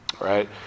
right